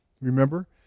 remember